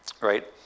Right